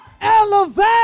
elevate